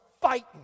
fighting